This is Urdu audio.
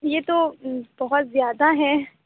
یہ تو بہت زیادہ ہیں